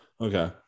Okay